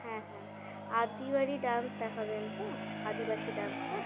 হ্যাঁ হ্যাঁ আদিবাদি ডান্স দেখাবেন তো আদিবাসী ডান্সটা